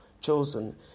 chosen